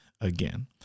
again